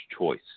choice